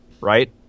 right